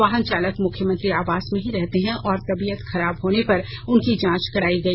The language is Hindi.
वाहन चालक मुख्यमंत्री आवास में ही रहते हैं और तबीयत खराब होने पर उनकी जांच कराई गई